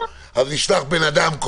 נשלח קודם בן אדם,